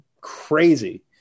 crazy